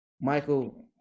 michael